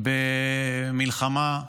במלחמה,